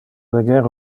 leger